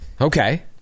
Okay